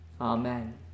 Amen